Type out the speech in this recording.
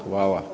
Hvala.